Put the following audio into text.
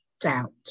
doubt